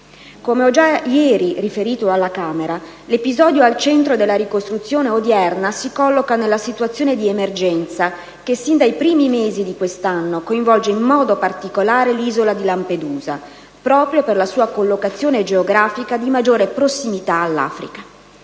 Come ho già ieri riferito alla Camera, l'episodio al centro della ricostruzione odierna si colloca nella situazione di emergenza che, sin dai primi mesi di quest'anno, coinvolge in modo particolare l'isola di Lampedusa, proprio per la sua collocazione geografica di maggiore prossimità all'Africa.